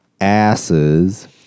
Asses